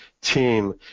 team